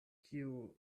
kiu